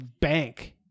bank